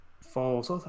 false